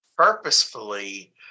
purposefully